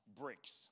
bricks